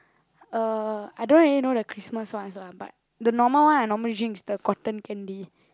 uh I don't really know the Christmas ones lah but the normal one I normally drink is the cotton candy